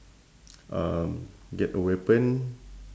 um get a weapon